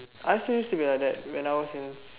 I also used to be like that when I was in